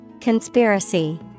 Conspiracy